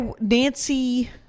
Nancy